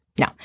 No